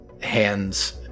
hands